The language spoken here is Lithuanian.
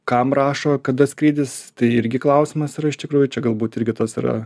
kam rašo kada skrydis tai irgi klausimas yra iš tikrųjų čia galbūt irgi tos yra